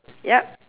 yup